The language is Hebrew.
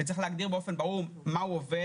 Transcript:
צריך להגדיר באופן ברור מיהו עובד